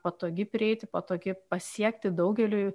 patogi prieiti patogi pasiekti daugeliui